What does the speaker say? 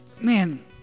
man